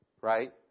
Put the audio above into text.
Right